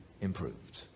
improved